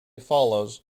follows